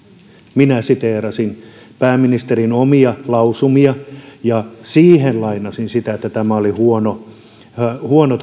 minä siteerasin pääministerin omia lausumia ja siihen lainasin sitä että tämä vaalilupaus oli huono huono